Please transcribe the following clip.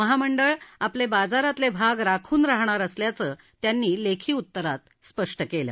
महामंडळ आपले बाजारातले भाग राखूनच रहाणार असल्याचं त्यांनी लेखी उत्तरात स्पष्ट केलं